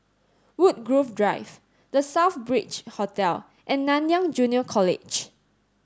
Woodgrove Drive The Southbridge Hotel and Nanyang Junior College